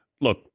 Look